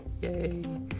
Yay